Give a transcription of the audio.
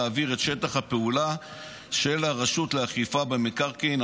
להעביר את שטח הפעולה של הרשות לאכיפה במקרקעין,